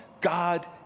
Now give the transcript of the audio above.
God